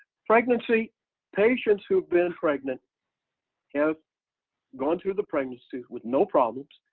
pregnancy patients who've been pregnant have gone through the pregnancy with no problems.